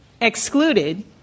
excluded